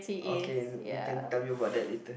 okay you can tell me about that later